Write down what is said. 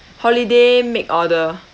holiday make order